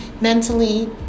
mentally